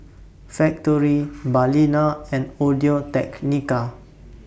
Factorie Balina and Audio Technica